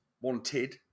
wanted